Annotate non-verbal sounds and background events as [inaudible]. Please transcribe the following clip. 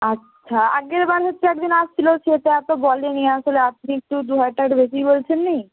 আচ্ছা আগের বার হচ্ছে একজন আসছিলো সে তো এত বলে নি আসলে আপনি একটু দু হাজার [unintelligible] একটু বেশিই বলছেন না